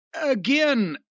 again